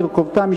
תרכובתם,